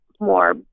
more